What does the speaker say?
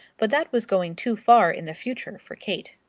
but that was going too far in the future for kate.